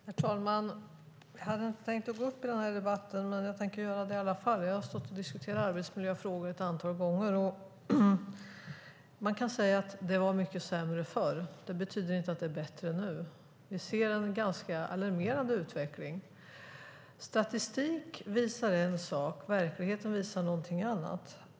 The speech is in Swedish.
Herr talman! Jag hade inte tänkt gå upp i den här debatten, men jag gör det i alla fall. Jag har stått här ett antal gånger och diskuterat arbetsmiljöfrågor. Man kan säga att det var mycket sämre förr. Men det betyder inte att det är bättre nu. Vi ser en ganska alarmerande utveckling. Statistik visar en sak - verkligheten visar något annat.